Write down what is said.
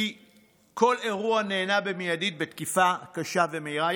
כי כל אירוע נענה במיידי בתקיפה קשה ומהירה.